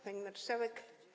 Pani Marszałek!